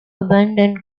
abandoned